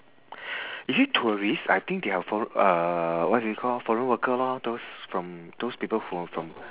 is it tourist I think they are for~ uh what is it called foreign worker lor those from those people who are from